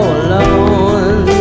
alone